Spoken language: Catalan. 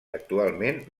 actualment